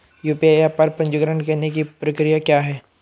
UPI app पर पंजीकरण करने की प्रक्रिया क्या है?